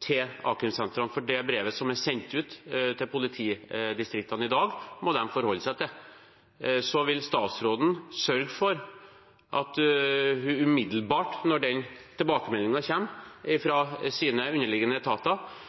til a-krimsentrene, for det brevet som allerede er sendt ut til politidistriktene, må de forholde seg til. Vil statsråden, når den tilbakemeldingen kommer fra underliggende etat, sørge for at hun umiddelbart